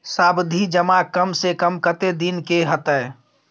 सावधि जमा कम से कम कत्ते दिन के हते?